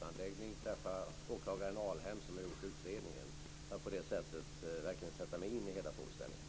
Jag ska också träffa åklagare Alhem, som har gjort utredningen, för att på det sättet verkligen sätta mig in i hela frågeställningen.